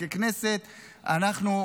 ככנסת אנחנו,